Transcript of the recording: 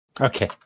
Okay